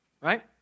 right